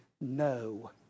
No